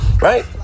right